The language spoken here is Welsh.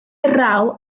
raw